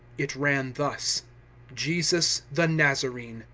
it ran thus jesus the nazarene,